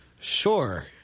Sure